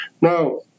Now